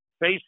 face